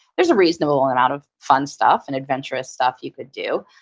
there's a reasonable amount of fun stuff and adventurous stuff you could do.